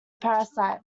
parasites